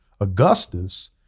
Augustus